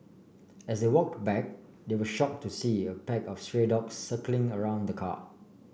as they walk back they were shocked to see a pack of stray dog circling around the car